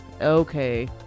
okay